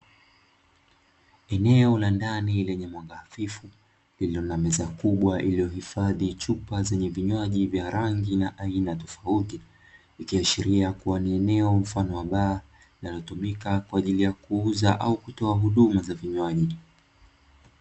Eneo la ndani lenye mwanga hafifu lilio na meza fupi lililohifadhi chupa za vinywaji vya rangi na aina tofauti. Ikiashiria kuwa eneo mfano wa baa linalotumika kwa ajili ya kuuza au kutoa huduma za vinywaji.